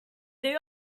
their